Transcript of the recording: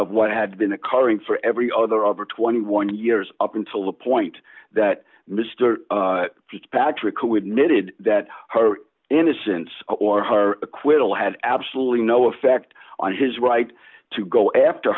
of what had been occurring for every other over twenty one years up until the point that mr fitzpatrick who admitted that her innocence or her acquittal had absolutely no effect on his right to go after